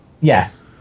Yes